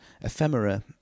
ephemera